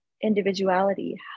individuality